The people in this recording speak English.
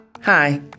Hi